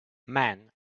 men